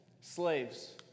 Slaves